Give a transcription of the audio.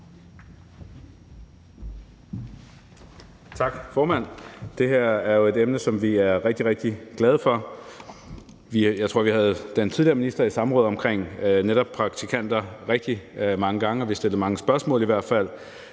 Tak, formand. Det her er jo et emne, som vi er rigtig, rigtig glade for. Jeg tror, at vi havde den tidligere minister i samråd om netop praktikanter rigtig mange gange. Vi stillede i hvert fald